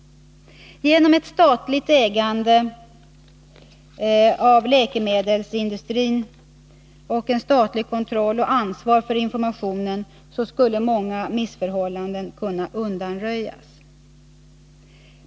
Genom ett statligt ägande av läkemedelsindustrin samt statlig kontroll av och ansvar för informationen skulle många missförhållanden kunna undanröjas.